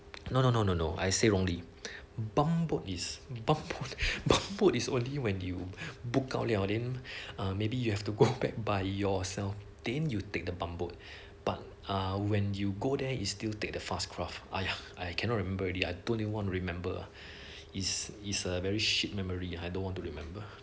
no no no no no I say wrongly bung boat is bumboat is only when you book out liao then um maybe you have to go back by yourself then you take the bumboat but uh when you go there is still take the fast craft !aiya! I cannot remember already I don't even want to remember ah is is a very shit memory I don't want to remember